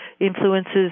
influences